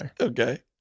okay